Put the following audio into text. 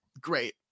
great